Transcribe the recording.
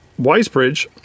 Wisebridge